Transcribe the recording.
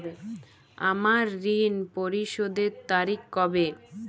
আমার ঋণ পরিশোধের তারিখ কবে?